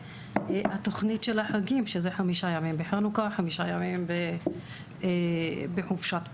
והתוכנית של החגים - חמישה ימים בחנוכה וחמישה ימים בחופשת פסח.